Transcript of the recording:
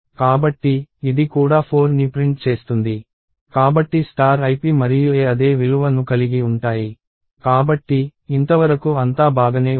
కాబట్టి ఇది కూడా 4ని ప్రింట్ చేస్తుంది కాబట్టి ip మరియు a అదే విలువ ను కలిగి ఉంటాయి కాబట్టి ఇంతవరకు అంతా బాగనే ఉంది